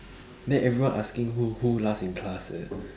then everyone asking who who last in class eh